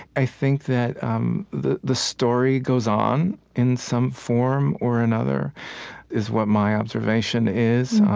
i think that um the the story goes on in some form or another is what my observation is.